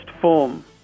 form